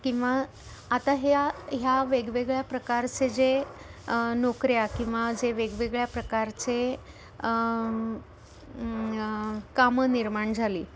किंवा आता ह्या ह्या वेगवेगळ्या प्रकारचे जे नोकऱ्या किंवा जे वेगवेगळ्या प्रकारचे कामं निर्माण झाली